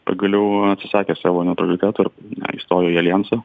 pagaliau atsisakė savo neutraliteto ir na įstojo į aljansą